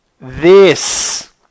THIS